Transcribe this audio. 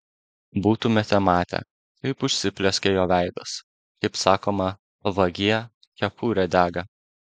būtumėte matę kaip užsiplieskė jo veidas kaip sakoma vagie kepurė dega